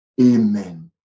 Amen